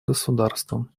государством